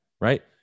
right